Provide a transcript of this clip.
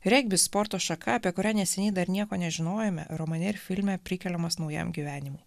regbis sporto šaka apie kurią neseniai dar nieko nežinojome romane ir filme prikeliamas naujam gyvenimui